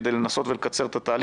כדי לנסות ולקצר את התהליך.